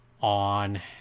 on